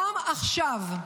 גם עכשיו,